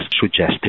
suggested